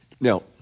Now